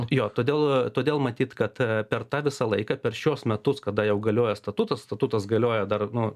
jo todėl todėl matyt kad per tą visą laiką per šiuos metus kada jau galioja statutas statutas galioja dar nu